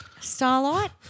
Starlight